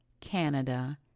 Canada